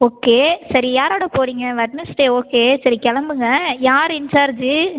okay சரி யாரோட போகறீங்க வெட்னஸ்டே ஓகே சரி கிளம்புங்க யார் இன்சார்ஜு